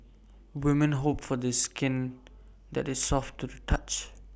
women hope for skin that is soft to the touch